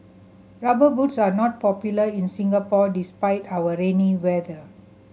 Rubber Boots are not popular in Singapore despite our rainy weather